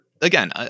Again